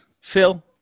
Phil